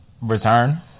Return